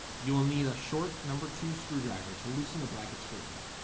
you will need a short number two screwdriver to loosen the bracket screws